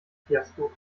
fiasko